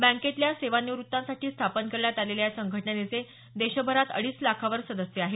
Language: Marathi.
बँकेतल्या सेवानिवृत्तांसाठी स्थापन करण्यात आलेल्या या संघटनेचे देशभरात अडीच लाखांवर सदस्य आहेत